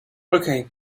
okay